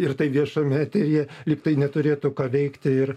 ir tai viešam eteryje lygtai neturėtų ką veikti ir